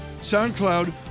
SoundCloud